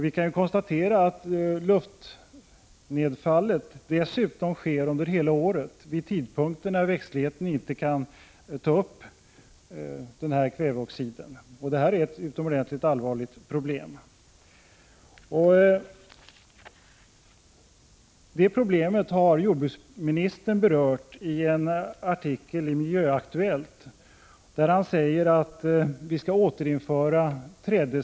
Vi kan konstatera att nedfallet från luften dessutom sker under hela året vid tidpunkter när växtligheten inte kan ta upp kväveoxiden, och det är ett utomordentligt allvarligt problem. Detta problem har jordbruksministern berört i en artikel i Miljöaktuellt, där han säger att trädesbruket skall återinföras.